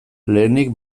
lehenik